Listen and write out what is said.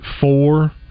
four